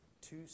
two